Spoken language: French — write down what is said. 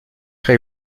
avec